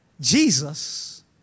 Jesus